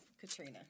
Katrina